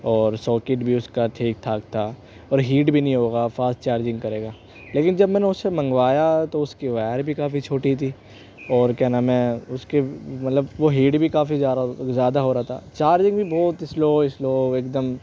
اور ساکٹ بھی اس کا ٹھیک ٹھاک تھا اور ہیٹ بھی نہیں ہوگا فاسٹ چارجنگ کرے گا لیکن جب میں نے اسے منگوایا تو اس کی وائر بھی کافی چھوٹی تھی اور کیا نام ہے اس کے مطلب وہ ہیٹ بھی کافی زیادہ ہو رہا تھا چارج بھی بہت سلو سلو ایک دم